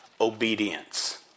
obedience